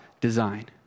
design